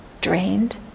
drained